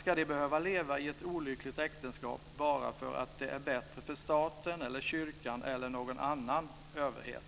Ska de behöva leva i ett olyckligt äktenskap bara för att det är bättre för staten eller kyrkan eller någon annan överhet?